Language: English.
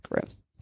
Gross